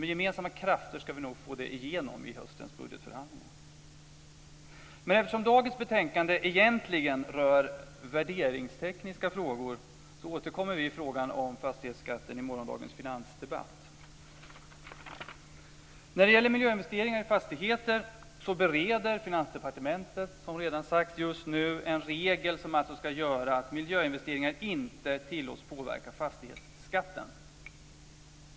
Med gemensamma krafter ska vi nog få igenom det i höstens budgetförhandling. Men eftersom dagens betänkande egentligen rör värderingstekniska frågor återkommer vi i frågan om fastighetsskatten i morgondagens finansdebatt. När det gäller miljöinvesteringar i fastigheter bereder Finansdepartementet, som redan sagts, just nu en regel som ska göra att miljöinvesteringar inte tilllåts påverka fastighetsskatten.